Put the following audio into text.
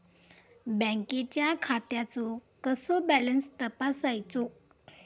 बँकेच्या खात्याचो कसो बॅलन्स तपासायचो?